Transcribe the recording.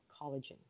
collagen